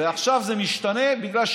ועכשיו זה משתנה בגלל,